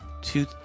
two